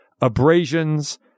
abrasions